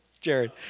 Jared